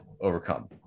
overcome